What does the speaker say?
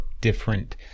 different